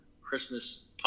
Christmas